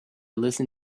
listen